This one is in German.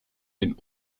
den